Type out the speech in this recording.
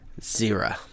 zero